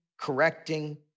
correcting